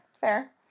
fair